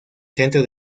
centro